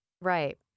Right